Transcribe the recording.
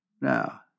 Now